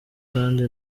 kandi